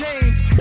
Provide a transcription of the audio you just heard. James